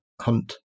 hunt